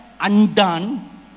undone